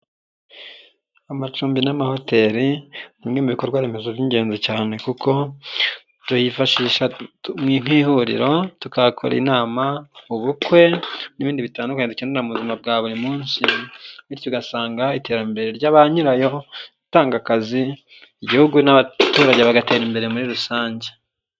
Amacumbi n'amahoteli ni bimwe mu bikorwa remezo by'ingenzi cyane kuko tubyifashisha nk'ihuriro, tukahakora inama, ubukwe n'ibindi bitandukanye dukenera mu buzima bwa buri munsi, bityo ugasanga iterambere ry'abanyirayo ritanga akazi igihugu n'abaturage bagatera imbere muri rusange.